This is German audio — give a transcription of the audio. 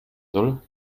soll